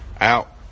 out